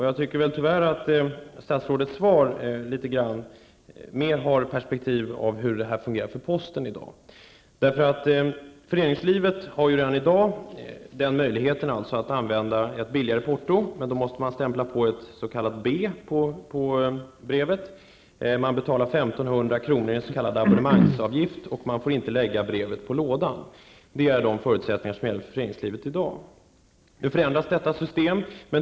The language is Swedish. Jag tycker tyvärr att statsrådets svar litet grand mera har perspektivet hur det fungerar för posten i dag. Föreningslivet har redan i dag möjligheten att använda ett billigare porto, men man måste stämpla ''B'' på brevet. Man betalar 1 500 kr. i s.k. abonnemangsavgift, och man får inte lägga brevet på lådan. Det är de förutsättningar som gäller för föreningslivet i dag. Nu ändras detta system.